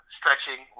stretching